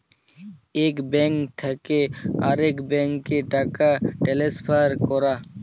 ইক ব্যাংক থ্যাকে আরেক ব্যাংকে টাকা টেলেসফার ক্যরা